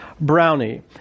Brownie